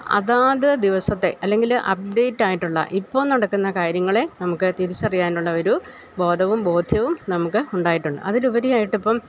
അതാത് ദിവസത്തെ അല്ലെങ്കില് അപ്ഡേറ്റ് ആയിട്ടുള്ള ഇപ്പോള് നടക്കുന്ന കാര്യങ്ങളെ നമുക്ക് തിരിച്ചറിയാനുള്ളൊരു ബോധവും ബോധ്യവും നമുക്കുണ്ടായിട്ടുണ്ട് അതിലുപരിയായിട്ടിപ്പം